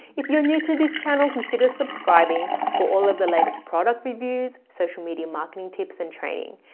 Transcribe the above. if you're new to this channel, consider subscribing or all of the latest product reviews, social media marketing tips and training.